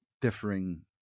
differing